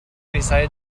decided